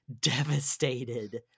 devastated